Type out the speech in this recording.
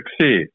succeed